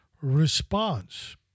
response